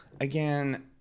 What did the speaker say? again